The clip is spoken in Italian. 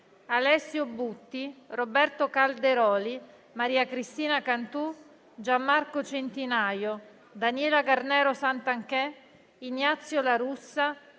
Grazie